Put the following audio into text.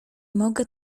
mogę